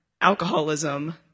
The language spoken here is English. alcoholism